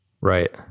Right